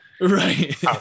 right